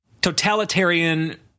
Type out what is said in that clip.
totalitarian